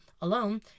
alone